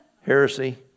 heresy